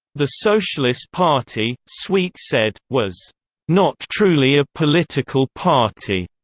the socialist party, sweet said, was not truly a political party,